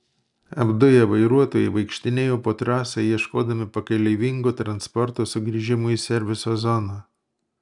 apduję vairuotojai vaikštinėjo po trasą ieškodami pakeleivingo transporto sugrįžimui į serviso zoną